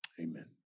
Amen